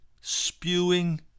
spewing